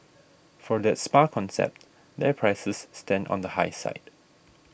for that spa concept their prices stand on the high side